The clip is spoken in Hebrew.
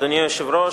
אדוני היושב-ראש,